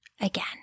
again